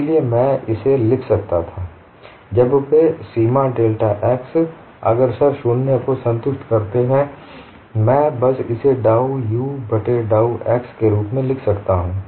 इसलिए मैं इसे लिख सकता था जब वे सीमा डेल्टा x अग्रसर 0 को संतुष्ट करते हैं मैं बस इसे डाउ u बट्टे डाउ x के रूप में लिख सकता हूं